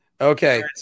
Okay